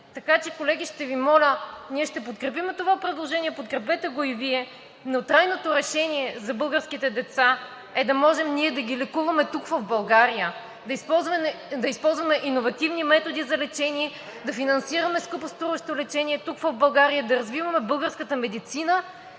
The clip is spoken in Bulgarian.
Така че, колеги, ще Ви моля, ние ще подкрепим това предложение – подкрепете го и Вие, но трайното решение за българските деца е да можем да ги лекуваме тук в България, да използваме иновативни методи за лечение, да финансираме скъпоструващо лечение тук в страната, да развиваме българската медицина